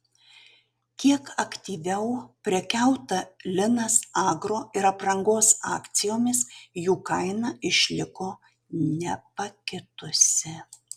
kiek aktyviau prekiauta linas agro ir aprangos akcijomis jų kaina išliko nepakitusi